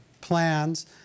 plans